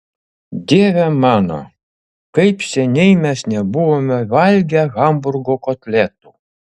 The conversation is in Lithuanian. dieve mano kaip seniai mes nebuvome valgę hamburgo kotletų